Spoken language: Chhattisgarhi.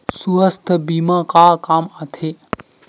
सुवास्थ बीमा का काम आ थे?